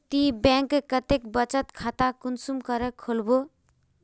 ती बैंक कतेक बचत खाता कुंसम करे खोलबो?